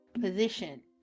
position